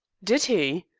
did he?